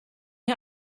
den